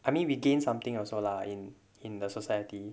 I mean we gained something also lah in in the society